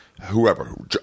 whoever